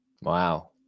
Wow